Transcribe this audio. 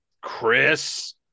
Chris